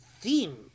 theme